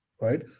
right